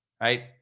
right